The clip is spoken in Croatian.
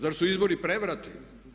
Zar su izbori prevrati?